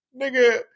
nigga